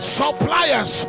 suppliers